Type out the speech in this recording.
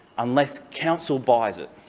unless council buys it.